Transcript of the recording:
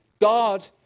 God